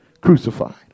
crucified